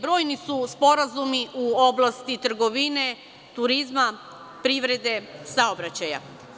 Brojni su sporazumi u oblasti trgovine, turizma, privrede i saobraćaja.